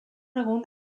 egun